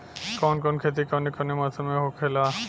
कवन कवन खेती कउने कउने मौसम में होखेला?